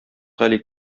гали